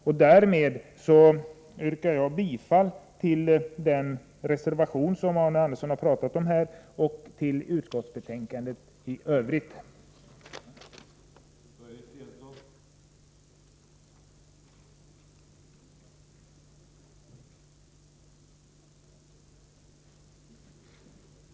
Med detta yrkar jag bifall till den reservation som Arne Andersson i Ljung nyss talat om samt i övrigt till utskottets hemställan i detta betänkande.